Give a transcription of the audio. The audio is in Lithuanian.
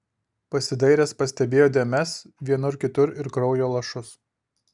pasidairęs pastebėjo dėmes vienur kitur ir kraujo lašus